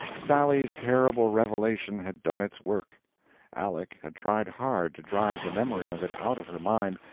sally's terrible revelation had done its work aleck had tried hard to drive the memory of it out of her mind,